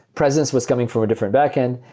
presence was coming from a different backend.